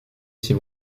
ses